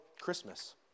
Christmas